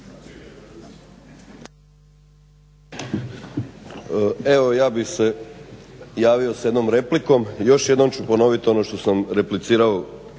Evo ja bih se javio sa jednom replikom, još jednom ću ponoviti ono što sam replicirao